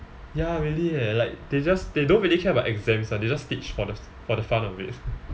ya really eh like they just they don't really care about exams ah they just teach for the f~ for the fun of it